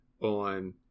on